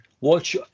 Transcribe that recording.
watch